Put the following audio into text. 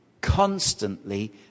constantly